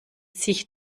sich